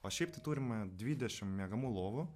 o šiaip tai turime dvidešim miegamųjų lovų